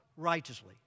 righteously